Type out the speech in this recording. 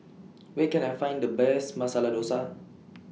Where Can I Find The Best Masala Dosa